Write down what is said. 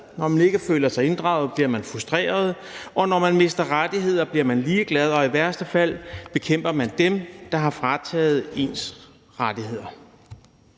når man ikke føler sig inddraget, bliver man frustreret, og når man mister rettigheder, bliver man ligeglad, og i værste fald bekæmper man dem, der har frataget en rettigheder.